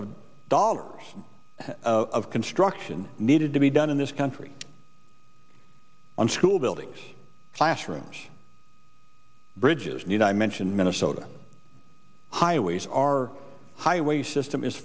of dollars of construction needed to be done in this country on school buildings classrooms bridges need i mentioned minnesota highways our highway system is